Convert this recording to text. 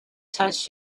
touched